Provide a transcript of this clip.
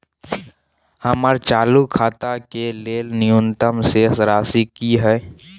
हमर चालू खाता के लेल न्यूनतम शेष राशि की हय?